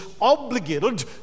obligated